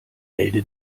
melde